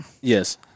Yes